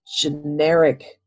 generic